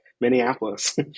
Minneapolis